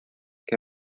que